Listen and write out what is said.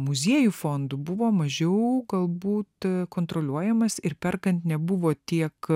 muziejų fondu buvo mažiau galbūt kontroliuojamas ir perkant nebuvo tiek